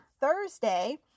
Thursday